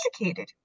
educated